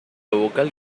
vocal